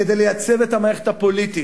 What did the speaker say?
כדי לייצב את המערכת הפוליטית.